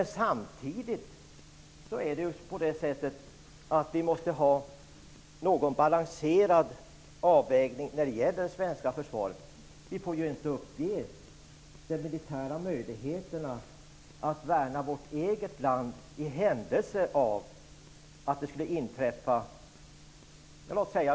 Samtidigt måste vi ha en balanserad avvägning när det gäller det svenska försvaret. Vi får inte ge upp de militära möjligheterna att värna vårt eget land i händelse av ett väpnat angrepp mot Sverige.